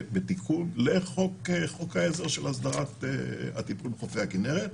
בחוק העזר של הסדרת הטיפול בחופי הכינרת,